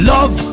Love